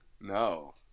no